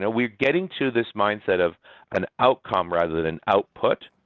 ah we're getting to this mindset of an outcome rather than output.